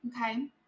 Okay